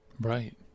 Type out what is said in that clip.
Right